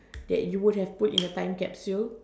that you would have put in a time capsule